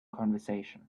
conversation